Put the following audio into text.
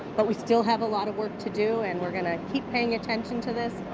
but we still have a lot of work to do, and we're going to keep paying attention to this,